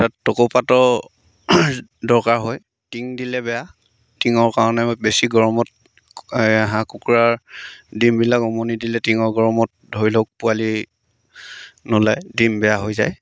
তাত টকৌপাত দৰকাৰ হয় টিং দিলে বেয়া টিঙৰ কাৰণে বেছি গৰমত এই হাঁহ কুকুৰাৰ ডিমবিলাক উমনি দিলে টিঙৰ গৰমত ধৰি লওক পোৱালি নোলায় ডিম বেয়া হৈ যায়